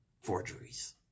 forgeries